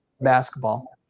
basketball